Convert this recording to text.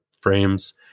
frames